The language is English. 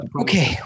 okay